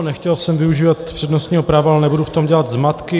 Nechtěl jsem využívat přednostního práva, ale nebudu v tom dělat zmatky.